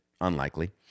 unlikely